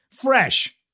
fresh